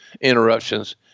interruptions